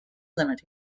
limit